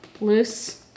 Loose